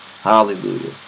hallelujah